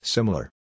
Similar